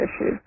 issues